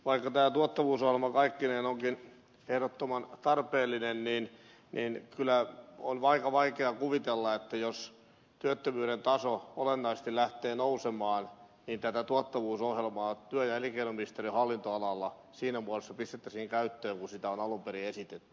vaikka tämä tuottavuusohjelma kaikkineen onkin ehdottoman tarpeellinen niin kyllä on aika vaikea kuvitella että jos työttömyyden taso olennaisesti lähtee nousemaan niin tämä tuottavuusohjelma työ ja elinkeinoministeriön hallinnonalalla siinä muodossa pistettäisiin käyttöön kuin on alun perin esitetty